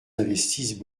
investissent